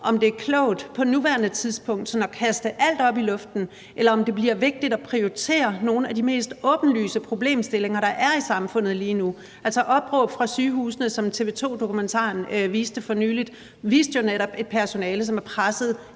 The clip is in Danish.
om det er klogt på nuværende tidspunkt sådan at kaste alt op i luften, eller om det bliver vigtigt at prioritere nogle af de mest åbenlyse problemstillinger, der er i samfundet lige nu. Altså, dokumentaren »Opråb fra sygehuset«, som TV 2 viste for nylig, viste jo netop et personale, som er presset